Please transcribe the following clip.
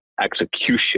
execution